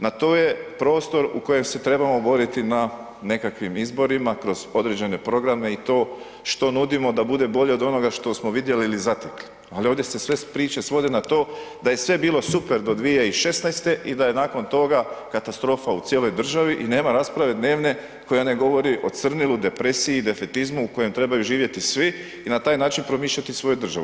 Na to je prostor u kojem se trebamo boriti na nekakvim izborima kroz određene programe i to što nudimo da bude bolje od onoga što smo vidjeli ili zatekli, ali ovdje se sve priče svode na to da je sve bilo super do 2016. i da je nakon toga katastrofa u cijeloj državi i nema rasprave dnevne koja ne govori o crnilu, depresiji, defetizmu u kojem trebaju živjeti svi i na taj način promišljati svoju državu.